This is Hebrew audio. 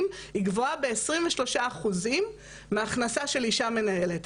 היא גבוהה ב-23% מההכנסה של אישה מנהלת.